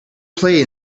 play